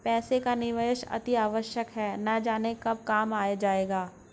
पैसे का निवेश अतिआवश्यक है, न जाने कब काम आ जाए